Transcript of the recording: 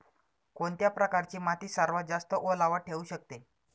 कोणत्या प्रकारची माती सर्वात जास्त ओलावा ठेवू शकते?